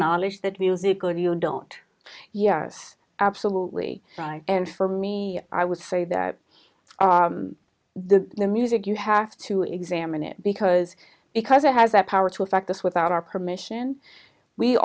acknowledge that musical you don't yes absolutely right and for me i would say that the music you have to examine it because because it has the power to affect us without our permission we